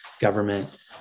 government